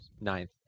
Ninth